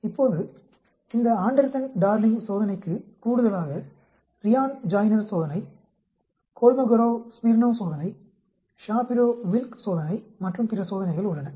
இப்போது இந்த Anderson Darling சோதனைக்கு கூடுதலாக ரியான் ஜாய்னர் சோதனை கோல்மோகோரோவ் ஸ்மிர்னோவ் சோதனை ஷாபிரோ வில்க் சோதனை மற்றும் பிற சோதனைகள் உள்ளன